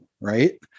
Right